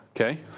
okay